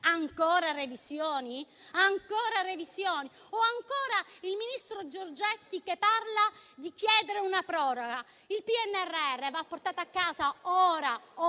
Ancora revisioni? Ancora revisioni? O, ancora, il ministro Giorgetti parla di chiedere una proroga. Il PNRR va portato a casa, ora o